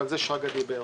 ועל זה שרגא ברוש דיבר.